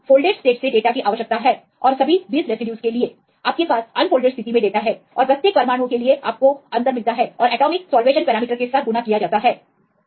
तो हमें folded state से डेटा की आवश्यकता है और सभी 20 रेसिड्यूज के लिए आपके पास अनफोल्डेड स्थिति में डेटा है और प्रत्येक परमाणु प्रकार के लिए आपको अंतर मिलता है और एटॉमिक साल्वेशन पैरामीटर्स के साथ गुणा किया जाता है